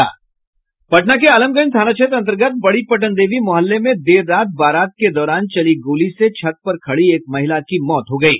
पटना के आलमगंज थाना क्षेत्र अन्तर्गत बड़ी पटनदेवी मोहल्ले में देर रात बारात के दौरान चली गोली से छत पर खड़ी एक महिला की मौत हो गयी